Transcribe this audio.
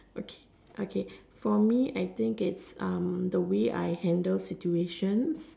okay okay for me I think it's um the way I handle situations